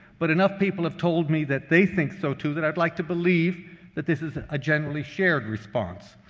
but enough people have told me that they think so, too, that i'd like to believe that this is a generally shared response.